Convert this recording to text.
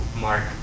Mark